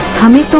coming